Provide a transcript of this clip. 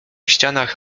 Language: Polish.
ścianach